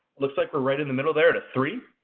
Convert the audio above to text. looks like we're right in the middle there at a three.